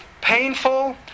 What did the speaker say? painful